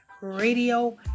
Radio